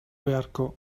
beharko